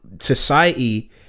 society